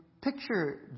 picture